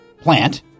plant